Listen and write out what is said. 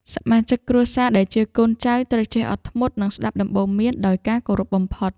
សមាជិកគ្រួសារដែលជាកូនចៅត្រូវចេះអត់ធ្មត់ និងស្តាប់ដំបូន្មានដោយការគោរពបំផុត។